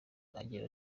agira